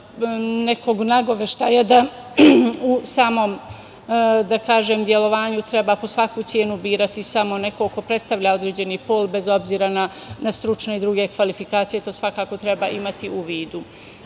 nekog nagoveštaja, normalno, da u samom delovanju treba po svaku cenu birati samo nekog ko predstavlja određeni pol bez obzira na stručne i druge kvalifikacije. To svakako treba imati u vidu. Ono